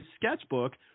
sketchbook